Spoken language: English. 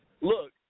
Look